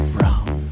Brown